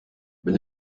wenn